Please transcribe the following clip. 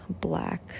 black